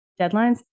deadlines